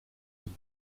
vie